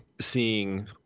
seeing